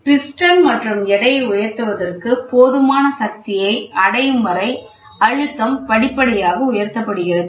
piston மற்றும் எடையை உயர்த்துவதற்கு போதுமான சக்தியை அடையும் வரை அழுத்தம் படிப்படியாக உயர்த்தப்படுகிறது